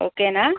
ఓకేనా